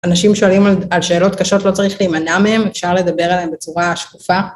אנשים שואלים על שאלות קשות, לא צריך להימנע מהם, אפשר לדבר עליהם בצורה שקופה.